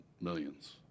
millions